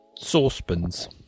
saucepans